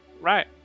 Right